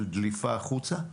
של דליפה החוצה?